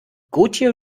gotje